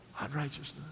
unrighteousness